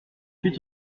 huit